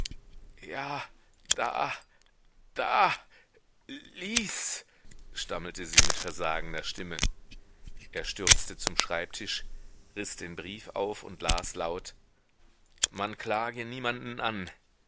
ja da da lies stammelte sie mit versagender stimme er stürzte zum schreibtisch riß den brief auf und las laut man klage niemanden an